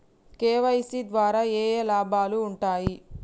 KYC ద్వారా ఏఏ లాభాలు ఉంటాయి?